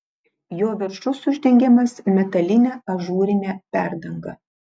jo viršus uždengiamas metaline ažūrine perdanga